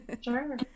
Sure